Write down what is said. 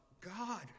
god